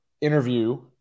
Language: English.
interview